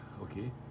okay